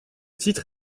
titre